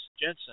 Jensen